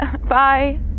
Bye